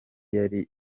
yari